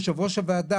יושבת ראש הוועדה,